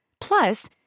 Plus